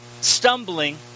stumbling